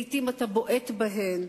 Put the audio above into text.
ולעתים אתה בועט בהן.